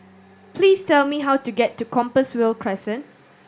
please tell me how to get to Compassvale Crescent